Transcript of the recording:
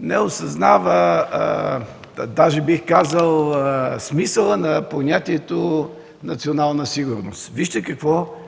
не осъзнава, даже бих казал, смисъла на понятието национална сигурност. Вижте какво